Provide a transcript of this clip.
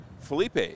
Felipe